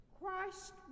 Christ